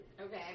Okay